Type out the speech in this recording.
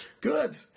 Good